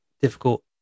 difficult